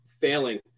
failing